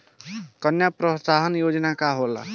कन्या प्रोत्साहन योजना का होला?